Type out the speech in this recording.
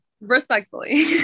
Respectfully